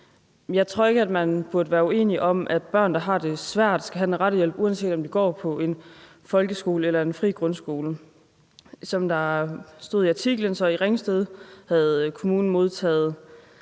Jeg tror ikke, at man kan være uenig om, at børn, der har det svært, skal have den rette hjælp, uanset om de går på en folkeskole eller på en fri grundskole. Som der står i artiklen, havde friskolerne i Ringsted modtaget